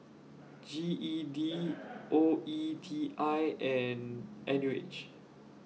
G E D O E T I and N U H